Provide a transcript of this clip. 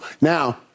Now